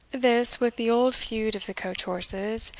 this, with the old feud of the coach-horses,